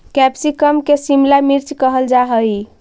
capsicum के शिमला मिर्च कहल जा हइ